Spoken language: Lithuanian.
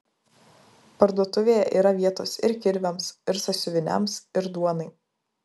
parduotuvėje yra vietos ir kirviams ir sąsiuviniams ir duonai